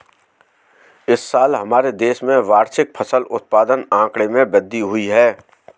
इस साल हमारे देश में वार्षिक फसल उत्पादन आंकड़े में वृद्धि हुई है